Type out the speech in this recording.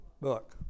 book